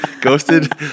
ghosted